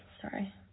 Sorry